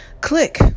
click